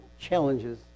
challenges